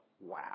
wow